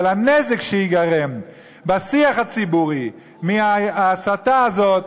אבל הנזק שייגרם בשיח הציבורי מההסתה הזאת,